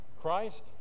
Christ